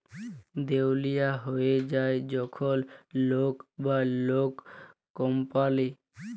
দেউলিয়া হঁয়ে যায় যখল লক বা কল কম্পালি